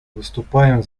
выступаем